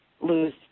lose